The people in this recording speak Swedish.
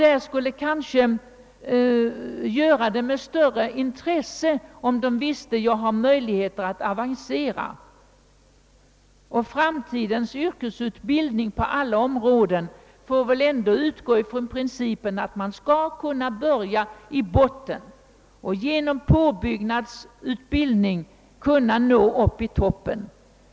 De skulle kanske söka sig till dessa områden med så mycket större intresse, om de visste att de hade möjligheter att avancera. Framtidens yrkesutbildning på alla områden måste väl ändå utgå från principen, att man skall kunna börja i botten och genom påbyggnadsutbildning nå upp till toppen.